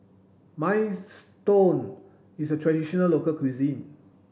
Minestrone is a traditional local cuisine